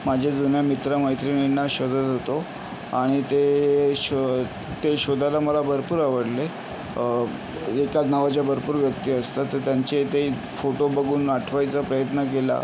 माझे जुन्या मित्र मैत्रिणींना शोधत होतो आणि ते शो ते शोधायला मला भरपूर आवडले एकाच नावाच्या भरपूर व्यक्ती असतात तर त्यांचे ते फोटो बघून आठवायचा प्रयत्न केला